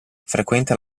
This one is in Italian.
frequenta